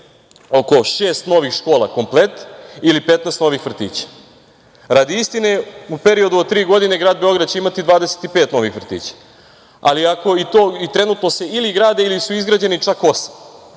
oko šest novih škola komplet ili 15 novih vrtića. Radi istine, u periodu od tri godine grad Beograd će imati 25 novih vrtića i trenutno se ili grade ili je izgrađeno čak